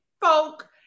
folk